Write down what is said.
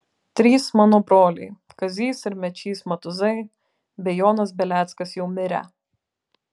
trys mano broliai kazys ir mečys matuzai bei jonas beleckas jau mirę